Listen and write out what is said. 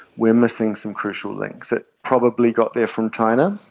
we are missing some crucial links. it probably got there from china,